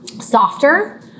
softer